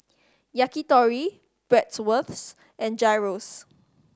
Yakitori Bratwurst and Gyros